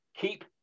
Keep